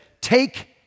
take